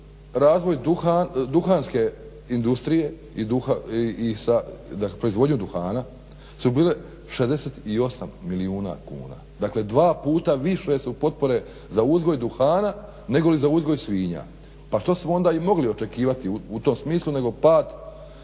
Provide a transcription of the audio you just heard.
razvoj duhanske industrije i proizvodnju duhana su bile 68 milijuna kuna. Dakle, dva puta više su potpore za uzgoj duhana negoli za uzgoj svinja. Pa što smo onda i mogli očekivati u tom smislu nego pad